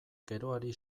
geroari